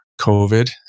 COVID